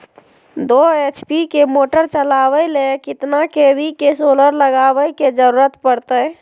दो एच.पी के मोटर चलावे ले कितना के.वी के सोलर लगावे के जरूरत पड़ते?